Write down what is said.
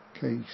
case